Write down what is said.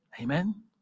Amen